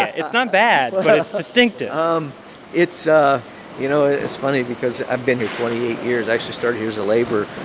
it's not bad, but it's distinctive um it's ah you know, it's funny because i've been here twenty eight years. i actually started here as a laborer.